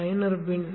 பயனர் பின்